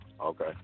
Okay